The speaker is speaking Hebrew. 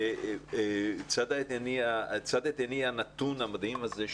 להגיד שצד את עיניי הנתון המדהים הזה,